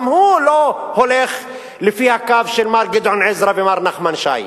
גם הוא לא הולך לפי הקו של מר גדעון עזרא ומר נחמן שי.